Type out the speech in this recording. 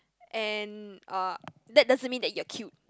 and uh that doesn't mean that you are cute